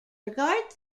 regard